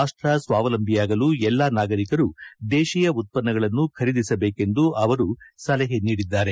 ರಾಷ್ಟ ಸ್ವಾವಲಂಬಿಯಾಗಲು ಎಲ್ಲಾ ನಾಗರಿಕರು ದೇಶೀಯ ಉತ್ತನ್ನಗಳನ್ನು ಖರೀದಿಸಬೇಕೆಂದು ಅವರು ಸಲಹೆ ನೀಡಿದ್ದಾರೆ